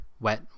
wet